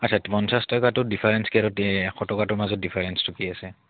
আচ্ছা পঞ্চাছ টকাটো ডিফাৰেঞ্চ কি আৰু এশ টকাটোৰ মাজত ডিফাৰেঞ্চ কি আছে